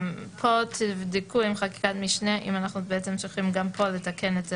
בינואר 2022)" פה תבדקו עם חקיקת משנה אם אנחנו צריכים לתקן גם